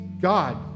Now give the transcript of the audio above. God